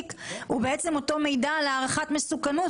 הוא בעצם אותו מידע על הערכת מסוכנות,